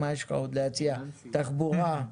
תחבורה,